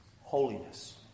Holiness